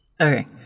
Okay